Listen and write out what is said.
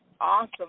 awesome